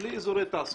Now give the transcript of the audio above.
בלי אזורי תעשייה.